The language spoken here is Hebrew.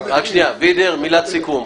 וידר, מילת סיכום.